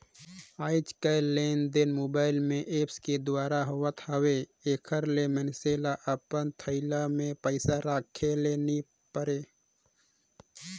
आएज काएललेनदेन मोबाईल में ऐप के दुवारा होत हवे एकर ले मइनसे ल अपन थोइला में पइसा राखे ले नी परे